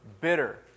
bitter